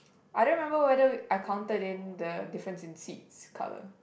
I don't remember whether I counted in the difference in seat's colour